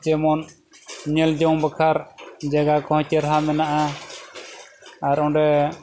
ᱡᱮᱢᱚᱱ ᱧᱮᱞ ᱡᱚᱝ ᱵᱟᱠᱷᱨᱟ ᱡᱟᱭᱜᱟ ᱠᱚᱦᱚᱸ ᱪᱮᱦᱨᱟ ᱢᱮᱱᱟᱜᱼᱟ ᱟᱨ ᱚᱸᱰᱮ